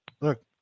Look